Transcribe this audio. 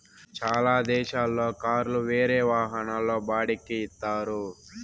చాలా దేశాల్లో కార్లు వేరే వాహనాల్లో బాడిక్కి ఇత్తారు